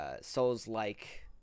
Souls-like